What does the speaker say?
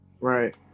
Right